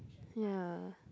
ya